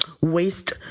waste